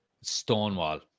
Stonewall